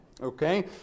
Okay